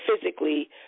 physically